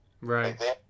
Right